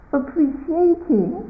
appreciating